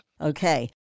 Okay